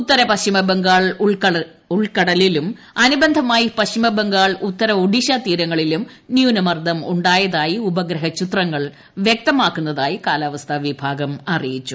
ഉത്തര പശ്ചിമ ബംഗാൾ ഉൾക്കടലിലും അനുബന്ധമായി പശ്ചിമ ബംഗാൾ ഉത്തര ഒഡീഷ തീരങ്ങളിലും ന്യൂനമർദ്ദം ഉണ്ടായതായി ഉപഗ്രഹ ചിത്രങ്ങൾ വ്യക്തമാക്കുന്നതായി കാലാവസ്ഥാ വിഭാഗം അറിയിച്ചു